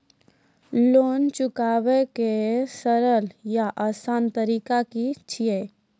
Loan चुकाबै के सरल या आसान तरीका की अछि?